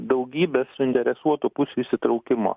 daugybės suinteresuotų pusių įsitraukimo